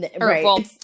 Right